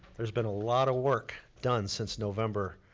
there's been a lot of work done since november